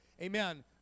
Amen